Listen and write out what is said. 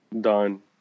Done